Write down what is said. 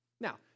Now